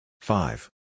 Five